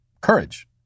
courage